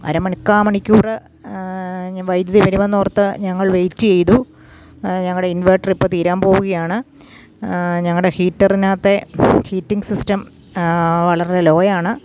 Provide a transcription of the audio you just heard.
അരമണിക്കാൽ മണിക്കൂറ് വൈദ്യുതി വരുമെന്നോർത്ത് ഞങ്ങൾ വെയിറ്റ് ചെയ്തു ഞങ്ങളുടെ ഇൻവർട്ടർ ഇപ്പം തീരാൻ പോകുകയാണ് ഞങ്ങളുടെ ഹീറ്ററിനകത്തെ ഹീറ്റിംഗ് സിസ്റ്റം വളരെ ലോയാണ്